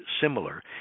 similar